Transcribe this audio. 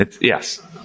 Yes